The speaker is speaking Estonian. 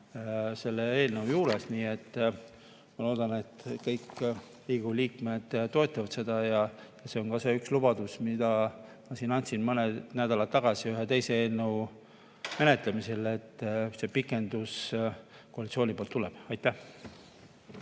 selles eelnõus. Nii et ma loodan, et kõik Riigikogu liikmed toetavad seda. See on ka see üks lubadus, mille ma siin andsin mõned nädalad tagasi ühe teise eelnõu menetlemisel, et see pikendus koalitsiooni poolt tuleb. Aitäh!